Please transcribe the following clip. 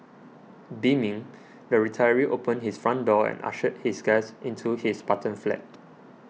beaming the retiree opened his front door and ushered his guest into his Spartan flat